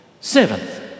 seventh